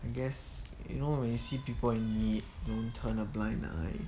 I guess you know when you see people in need don't turn a blind eye